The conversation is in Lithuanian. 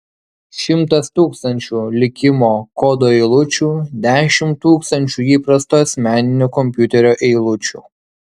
šimtas tūkstančių likimo kodo eilučių dešimt tūkstančių įprasto asmeninio kompiuterio eilučių